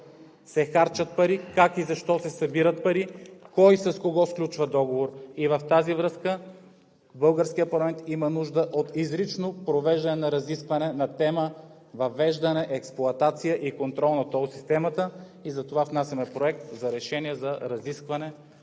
се харчат пари, как и защо се събират пари, кой и с кого сключва договор? В тази връзка българският парламент има нужда от изрично провеждане на разискване на тема „Въвеждане, експлоатация и контрол на тол системата“. Затова внасяме Проект за решение за разискване